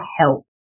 help